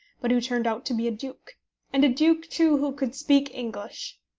but who turned out to be duke and a duke, too, who could speak english!